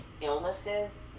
illnesses